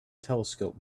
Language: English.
telescope